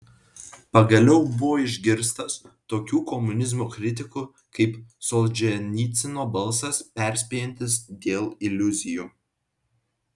pagaliau buvo išgirstas tokių komunizmo kritikų kaip solženicyno balsas perspėjantis dėl iliuzijų